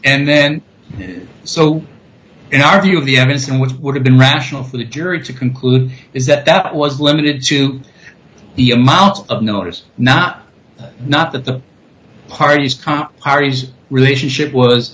and then so our view of the evidence which would have been rational for the jury to conclude is that that was limited to the amount of notice not not that the parties parties relationship was